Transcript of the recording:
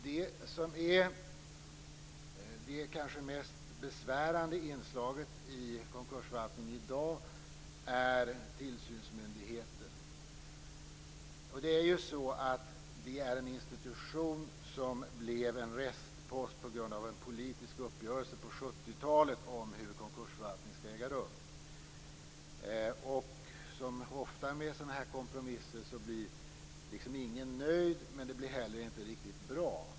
Det kanske mest besvärande inslaget i konkursförvaltning i dag är tillsynsmyndigheten. Det är en institution som blev en restpost på grund av en politisk uppgörelse på 1970-talet om hur konkursförvaltning skall äga rum. Det blev som så ofta i sådana här kompromisser: Ingen blir nöjd, men det blir heller inte riktigt bra.